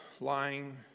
lying